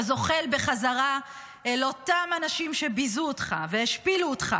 אתה זוחל בחזרה אל אותם אנשים שביזו אותך והשפילו אותך,